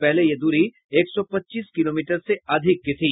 पहले यह दूरी एक सौ पच्चीस किलोमीटर से अधिक की थी